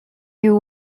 you